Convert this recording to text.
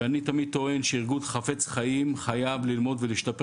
אני תמיד טוען שארגון חפץ חיים חייב ללמוד ולהשתפר